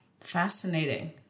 Fascinating